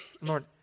Lord